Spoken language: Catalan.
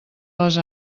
les